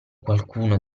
qualcuno